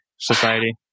society